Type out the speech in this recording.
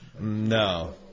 No